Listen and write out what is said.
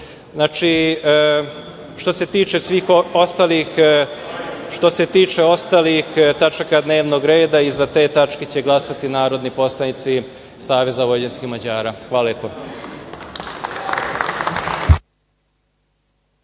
Vojvodine. Što se tiče ostalih tačaka dnevnog reda, i za te tačke će glasati narodni poslanici Saveza vojvođanskih Mađara. Hvala lepo.